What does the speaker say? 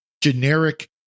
generic